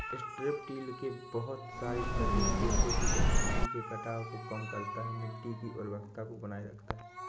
strip till के बहुत सारे फायदे हैं जैसे कि यह मिट्टी के कटाव को कम करता है, मिट्टी की उर्वरता को बनाए रखता है